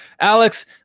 Alex